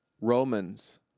Romans